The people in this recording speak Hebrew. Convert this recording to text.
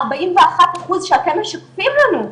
הארבעים ואחד אחוז שאתם משקפים לנו.